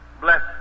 bless